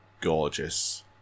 gorgeous